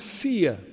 fear